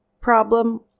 problem